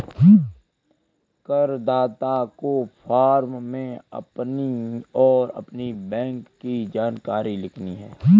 करदाता को फॉर्म में अपनी और अपने बैंक की जानकारी लिखनी है